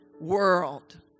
world